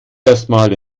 erstmal